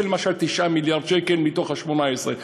זה, למשל, 9 מיליארד שקל מתוך ה-18.